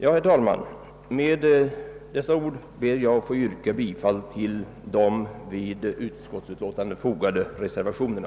Med dessa ord ber jag, herr talman, att få yrka bifall till de vid utskottets utlåtande fogade reservationerna.